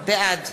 בעד